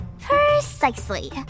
Precisely